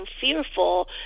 fearful